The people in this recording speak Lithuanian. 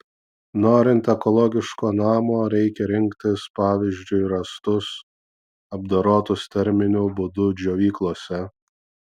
norint ekologiško namo reikia rinktis pavyzdžiui rąstus apdorotus terminiu būdu džiovyklose